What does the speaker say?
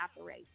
operate